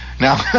Now